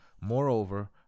Moreover